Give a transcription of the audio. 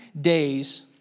days